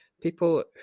people